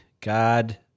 God